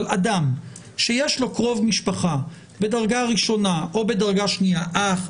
אדם שיש לו קרוב משפחה בדרגה ראשונה או בדרגה שנייה אח,